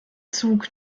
zug